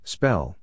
Spell